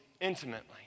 intimately